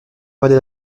valait